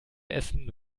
essen